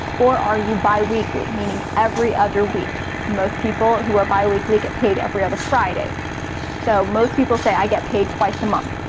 or, are you bi-weekly, meaning every other week most people who are bi-weekly get paid every other friday so most people say, i get paid twice a month.